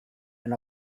and